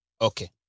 Okay